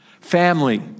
family